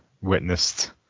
witnessed